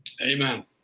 Amen